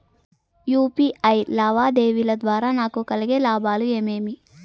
UPI లావాదేవీల ద్వారా నాకు కలిగే లాభాలు ఏమేమీ?